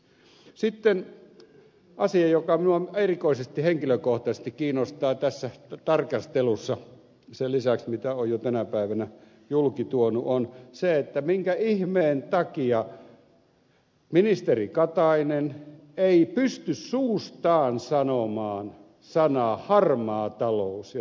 sitten asia joka minua erikoisesti henkilökohtaisesti kiinnostaa tässä tarkastelussa sen lisäksi mitä olen jo tänä päivänä julki tuonut on se minkä ihmeen takia ministeri katainen ei pysty suustaan sanomaan sanoja harmaa talous ja talousrikollisuus